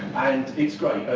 and it's great.